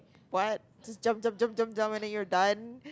what just jump jump jump jump jump and then you're done